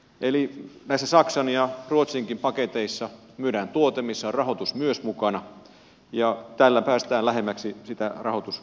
eli näissä saksan ja ruotsinkin paketeissa myydään tuote missä on myös rahoitus mukana ja tällä päästään lähemmäksi sitä rahoituskenttää